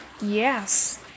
Yes